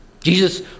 Jesus